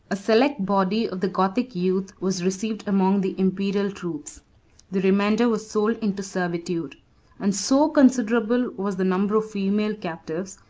a select body of the gothic youth was received among the imperial troops the remainder was sold into servitude and so considerable was the number of female captives,